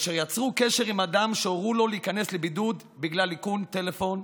יצרו קשר עם אדם שהורו לו להיכנס לבידוד בגלל איכון טלפון,